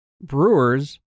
Brewers